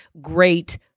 great